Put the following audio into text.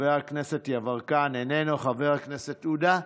חבר הכנסת יברקן, איננו, חבר הכנסת עודה,